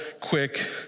quick